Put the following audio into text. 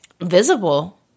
visible